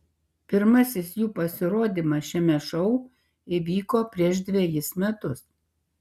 pirmasis jų pasirodymas šiame šou įvyko prieš dvejus metus